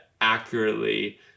accurately